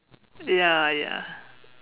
ya ya